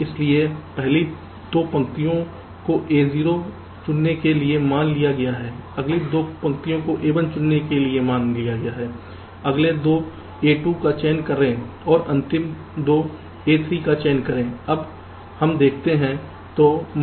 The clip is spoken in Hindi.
इसलिए पहली 2 पंक्तियों को A0 चुनने के लिए मान लिया गया है अगली 2 पंक्तियों को A1 चुनने के लिए मान लिया गया है अगले 2 A2 का चयन करें और अंतिम 2 A3 का चयन करें अब हम देखते हैं